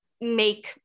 make